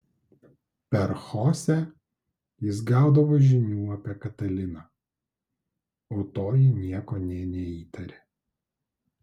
per chosę jis gaudavo žinių apie kataliną o toji nieko nė neįtarė